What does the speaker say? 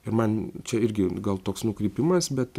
ir man čia irgi gal toks nukrypimas bet